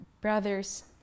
brothers